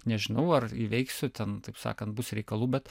nežinau ar įveiksiu ten taip sakant bus reikalų bet